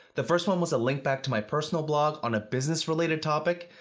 the first one was a link back to my personal blog on a business-related topic,